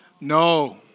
no